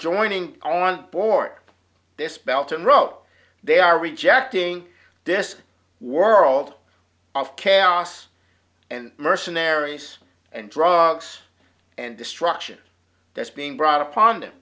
joining on board this belt and rope they are rejecting this world of chaos and mercenaries and drugs and destruction that's being brought upon them